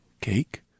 Cake